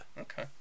Okay